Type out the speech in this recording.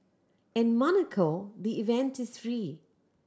in Monaco the event is free